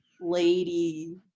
lady